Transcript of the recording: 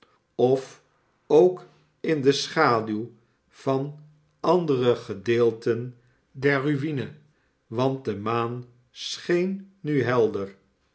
of ook in de schaduw van andere gedeelten der nime want de maan scheen nu helder